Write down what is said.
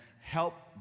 Help